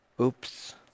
Oops